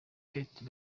kate